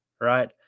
right